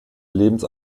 lebens